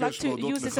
אני מבקש להודות לך,